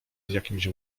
jakimś